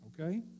okay